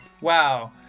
Wow